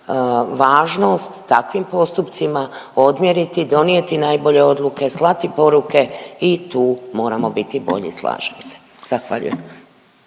važnost takvim postupcima, odmjeriti, donijeti takve odluke, slati poruke i tu moramo biti bolji. Slažem se. Zahvaljujem.